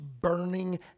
burning